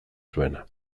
zuena